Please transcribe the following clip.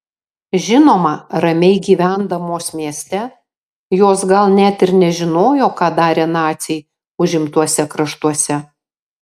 žinoma ramiai gyvendamos mieste jos gal net ir nežinojo ką darė naciai užimtuose kraštuose